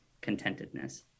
contentedness